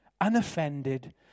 unoffended